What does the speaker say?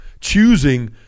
choosing